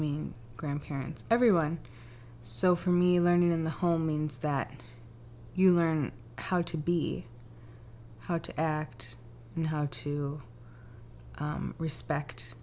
mean grandparents everyone so for me learning in the home means that you learn how to be how to act and how to respect